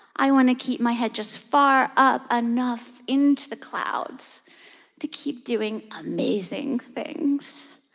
i want to keep my head just far up enough into the clouds to keep doing amazing things.